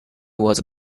was